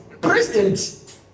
President